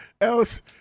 else